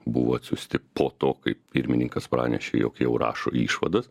buvo atsiųsti po to kai pirmininkas pranešė jog jau rašo išvadas